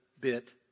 bit